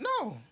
no